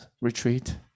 retreat